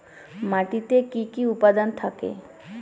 মাটিতে কি কি উপাদান থাকে?